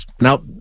Now